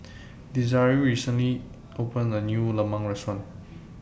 Desiree recently opened A New Lemang Restaurant